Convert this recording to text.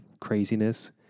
craziness